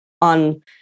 on